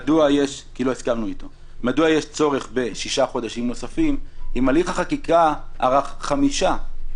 מדוע יש צורך בשישה חודשים נוספים אם הליך החקיקה ארך חמישה חודשים?